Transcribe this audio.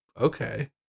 okay